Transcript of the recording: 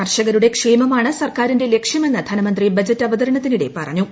കർഷകരുടെ ക്ഷേമമാണ് സർക്കാരിന്റെ ലക്ഷ്യമെന്ന് ധനമന്ത്രി ബജറ്റ് അവതരണത്തിനിടെ പറഞ്ഞു